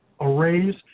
arrays